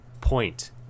point